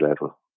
level